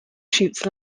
shoots